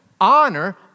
Honor